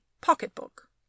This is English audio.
pocket-book